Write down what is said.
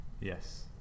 Yes